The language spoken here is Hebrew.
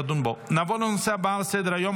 נעבור לנושא הבא על סדר-היום,